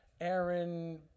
Aaron